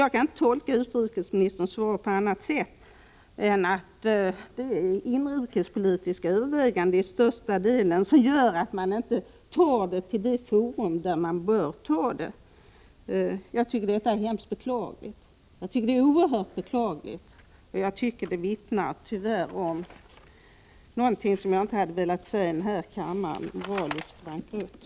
Det går inte att tolka utrikesministerns svar på annat sätt än att det är inrikespolitiska överväganden som till största delen gör att man inte för frågan vidare till det forum där den bör tas upp. Det tycker jag är oerhört beklagligt, och jag tycker tyvärr att det vittnar om något som jag inte hade velat nämna i den här kammaren: moralisk bankrutt.